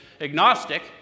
agnostic